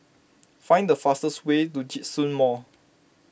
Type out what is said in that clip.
find the fastest way to Djitsun Mall